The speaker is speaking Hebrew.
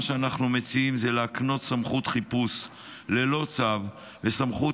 מה שאנחנו מציעים זה להקנות סמכות חיפוש ללא צו וסמכות